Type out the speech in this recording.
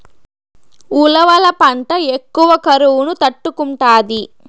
ఉలవల పంట ఎక్కువ కరువును తట్టుకుంటాది